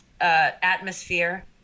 atmosphere